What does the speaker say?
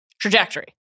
trajectory